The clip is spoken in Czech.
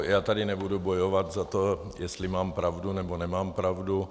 Já tady nebudu bojovat za to, jestli mám pravdu, nebo nemám pravdu.